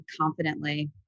confidently